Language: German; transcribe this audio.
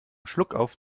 schluckauf